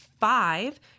five